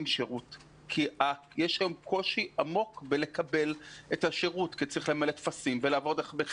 שירות כי יש היום קושי עמוק בקבלת השירות כי צריך למלא טפסים וכולי.